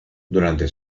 durante